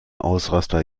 ausraster